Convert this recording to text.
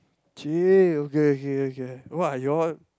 !cheh! okay okay okay what are you all